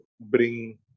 bring